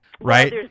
right